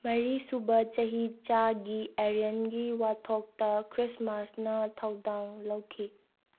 ꯃꯔꯤꯁꯨꯕ ꯆꯍꯤꯆꯥꯒꯤ ꯑꯔꯤꯌꯥꯟꯒꯤ ꯋꯥꯊꯣꯛꯇ ꯈ꯭ꯔꯤꯁꯃꯥꯁꯅ ꯊꯧꯗꯥꯡ ꯂꯧꯈꯤ